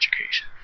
education